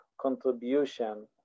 contribution